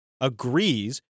agrees